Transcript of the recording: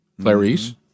Clarice